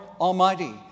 Almighty